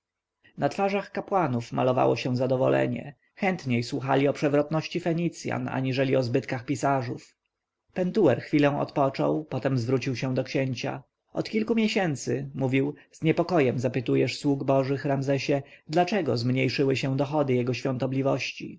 na twarzach kapłanów malowało się zadowolenie chętniej słuchali o przewrotności fenicjan aniżeli o zbytkach pisarzów pentuer chwilę odpoczął potem zwrócił się do księcia od kilku miesięcy mówił z niepokojem zapytujesz sługo boży ramzesie dlaczego zmniejszyły się dochody jego świątobliwości